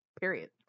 period